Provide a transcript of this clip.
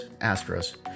Astros